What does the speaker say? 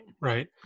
right